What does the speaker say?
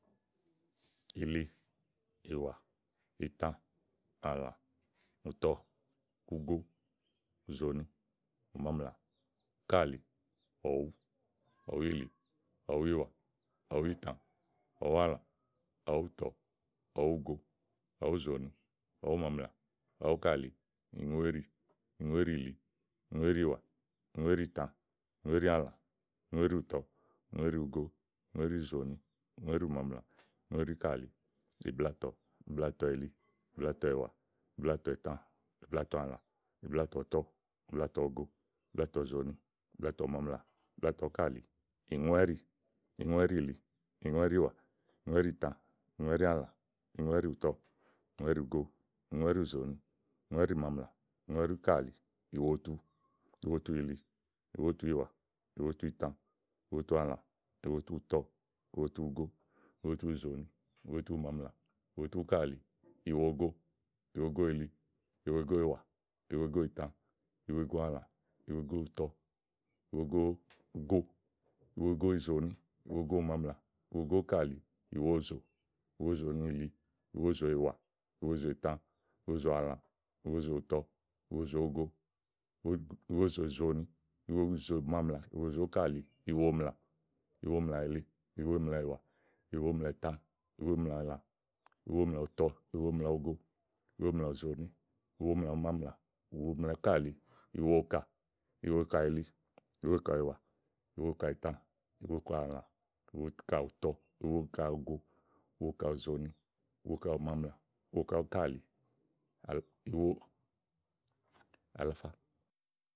ìli, ìwà, ìtã, àlã, ùtɔ, ugo, ùzòòni, ùmaamlà, úkàli, ɔ̀wú, ɔ̀wúìli, ɔ̀wúìwà, ɔ̀wúìtã, ɔ̀wúàlã, ɔ̀wúùtɔ, ɔ̀wúugo, ɔ̀wúùzòòni, ɔ̀wúùmaamlà, ɔ̀wúúkàli, ìŋúéɖì, ìŋúéɖììwà, ìŋúéɖììtã, ìŋúéɖìàlã, ìŋúéɖìùtɔ, ìŋúéɖìugo, íŋúéɖìùzòòni, ìŋúéɖìùmaamlà, ìŋúéɖìúkàli, ìblatɔ̀, ìblatɔ̀ìli, ìblatɔ̀ìwà, ìblatɔ̀ìtã, ìblatɔ̀àlã, ìblatɔ̀ùtɔ, ìblatɔ̀ugo, ìblatɔ̀ùzòòni, ìblatɔ̀ùmaamlà, ìblatɔ̀úkàli, ìŋúɛ́ɖì, ìŋúɛ́ɖììli, ìŋúɛ́ɖììwà, ìŋúɛ́ɖììtã, ìŋúɛ́ɖìàlã, ìŋúɛ́ɖìùtɔ, ìŋúɛ́ɖìugo, ìŋúɛ́ɖìùzòòni, ìŋúɛ́ɖìùmaamlà, ìŋúɛ́ɖìúkàli, ìwotu, ìwotuìli, ìwotuìwà, ìwotuìtã, ìwotuàlã, ìwotuùtɔ, ìwotuugo, ìwotuùzòòni, ìwotuùmaamlà, ìwotuúkàli, ìwogo, ìwogoìli, ìwogoìwà, ìwogoìtã, ìwogoàlã, ìwogoùtɔ, ìwogougo, ìwogoùzòòni, ìwogoùmaamlà, ìwogoúkàli, ìwozò, ìwozòìli, ìwozòìwà, ìwozòìtã, ìwozòàlã, ìwozòùtɔ, ìwozòugo, íwozòùzòòni, ìwozòùmaamlà, ìwozòúkàli, ìwomlà, ìwomlàìli, ìwomlàìwà, ìwomlàìtã, ìwomlààlã, ìwomlàùtɔ, ìwomlàugo, ìwomlàùzòòni, ìwomlàùmaamlà, ìwomlàúkàli, ìwokà, ìwokàìli, ìwokàìwà, ìwokàìtã, ìwokààlã, ìwokàùtɔ, ìwokàugo, ìwokàùzòòni, ìwokàùmaamlà, ìwokàúkàli, aldo alafá.